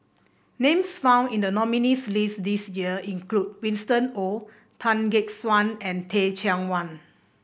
names found in the nominees' list this year include Winston Oh Tan Gek Suan and Teh Cheang Wan